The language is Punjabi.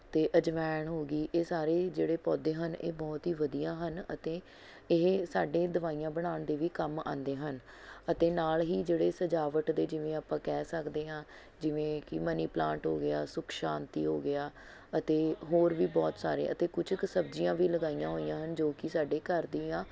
ਅਤੇ ਅਜਵਾਇਣ ਹੋ ਗਈ ਇਹ ਸਾਰੇ ਜਿਹੜੇ ਪੌਦੇ ਹਨ ਇਹ ਬਹੁਤ ਹੀ ਵਧੀਆ ਹਨ ਅਤੇ ਇਹ ਸਾਡੇ ਦਵਾਈਆਂ ਬਣਾਉਣ ਦੇ ਵੀ ਕੰਮ ਆਉਂਦੇ ਹਨ ਅਤੇ ਨਾਲ਼ ਹੀ ਜਿਹੜੇ ਸਜਾਵਟ ਦੇ ਜਿਵੇਂ ਆਪਾਂ ਕਹਿ ਸਕਦੇ ਹਾਂ ਜਿਵੇਂ ਕਿ ਮਨੀ ਪਲਾਂਟ ਹੋ ਗਿਆ ਸੁੱਖ ਸ਼ਾਂਤੀ ਹੋ ਗਿਆ ਅਤੇ ਹੋਰ ਵੀ ਬਹੁਤ ਸਾਰੇ ਅਤੇ ਕੁਛ ਕੁ ਸਬਜ਼ੀਆਂ ਵੀ ਲਗਾਈਆਂ ਹੋਈਆਂ ਹਨ ਜੋ ਕਿ ਸਾਡੇ ਘਰ ਦੀਆਂ